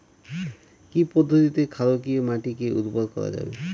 কি পদ্ধতিতে ক্ষারকীয় মাটিকে উর্বর করা যাবে?